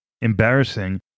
embarrassing